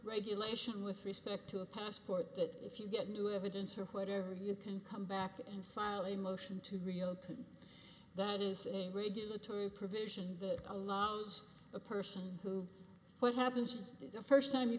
regulation with respect to a passport that if you get new evidence or whatever you can come back and file a motion to reopen that is a regulatory provision that allows a person who what happens if the first time you